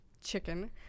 chicken